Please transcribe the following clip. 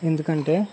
ఎందుకంటే